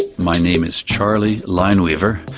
my name is charley lineweaver,